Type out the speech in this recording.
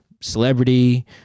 celebrity